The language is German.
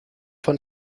von